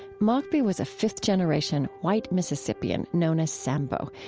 mockbee was a fifth-generation white mississippian known as sambo,